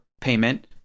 payment